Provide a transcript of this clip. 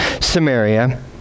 Samaria